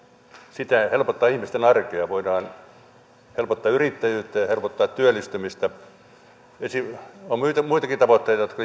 siten voidaan helpottaa ihmisten arkea voidaan helpottaa yrittäjyyttä ja helpottaa työllistymistä on muitakin tavoitteita jotka